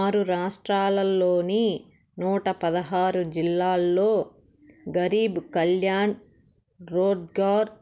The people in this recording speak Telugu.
ఆరు రాష్ట్రాల్లోని నూట పదహారు జిల్లాల్లో గరీబ్ కళ్యాణ్ రోజ్గార్